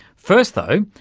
first though,